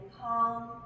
calm